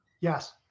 Yes